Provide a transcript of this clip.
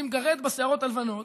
אני מגרד בשערות הלבנות